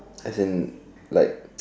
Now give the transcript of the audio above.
as in like